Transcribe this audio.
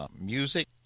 music